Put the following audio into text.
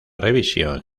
revisión